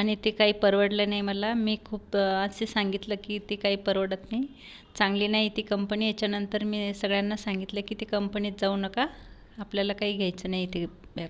आणि ते काही परवडलं नाही मला मी खूप असे सांगितलं की ती काही परवडत नाही चांगली नाही ती कंपनी याच्यानंतर मी ए सगळ्यांना सांगितले की ती कंपनीत जाऊ नका आपल्याला काही घ्यायचं नाही ती बॅग